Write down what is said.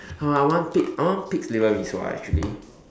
!wah! I want pig I want pig's liver mee-sua actually